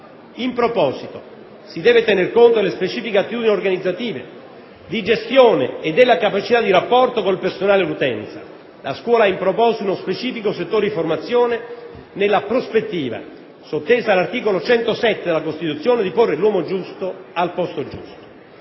in proposito si deve tener conto delle specifiche attitudini organizzative, di gestione e della capacità di rapporto con il personale e l'utenza - la scuola ha in proposito uno specifico settore di formazione - nella prospettiva, sottesa all'articolo 107 della Costituzione, di porre l'uomo giusto al posto giusto;